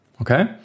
okay